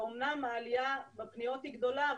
אומנם העלייה בפניות היא גדולה,